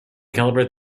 calibrate